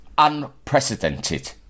unprecedented